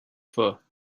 for